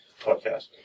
podcast